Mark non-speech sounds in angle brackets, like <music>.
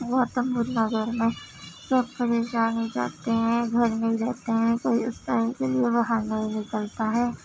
گوتم بدھ نگر میں سب کو <unintelligible> مل جاتے ہیں گھر مل جاتے ہیں کوئی اس طرح کے بھی بہانے نہیں کرتا ہے